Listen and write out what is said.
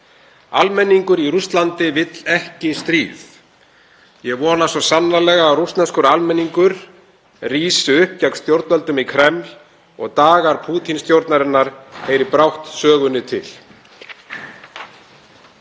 Almenningur í Rússlandi vill ekki stríð. Ég vona svo sannarlega að rússneskur almenningur rísi upp gegn stjórnvöldum í Kreml og dagar Pútín-stjórnarinnar heyri brátt sögunni til.